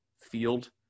field